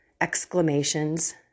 exclamations